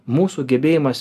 mūsų gebėjimas